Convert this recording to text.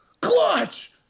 Clutch